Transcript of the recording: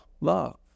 love